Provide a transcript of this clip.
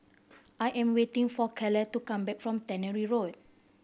I am waiting for Kale to come back from Tannery Road